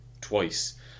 twice